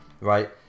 right